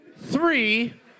three